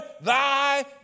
thy